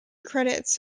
credits